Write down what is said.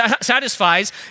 satisfies